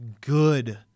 good